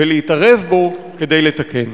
ולהתערב בו כדי לתקן.